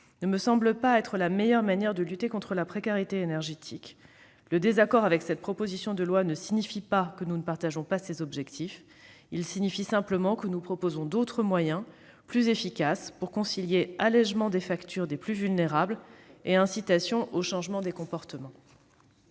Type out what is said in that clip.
ne me semble pas la meilleure manière de lutter contre la précarité énergétique. Le désaccord avec cette proposition de loi ne signifie pas que nous ne partageons pas ses objectifs ; il signifie simplement que nous proposons d'autres moyens, plus efficaces, pour concilier allégement des factures des plus vulnérables et incitation au changement des comportements.